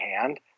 hand